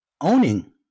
owning